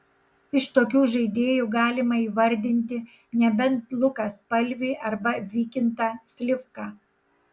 iš tokių žaidėjų galima įvardinti nebent luką spalvį arba vykintą slivką